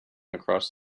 across